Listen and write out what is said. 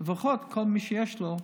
לפחות כל מי שיש לו.